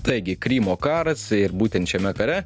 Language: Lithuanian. taigi krymo karas ir būtent šiame kare